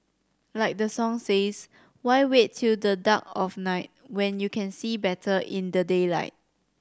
like the song says why wait till the dark of night when you can see better in the daylight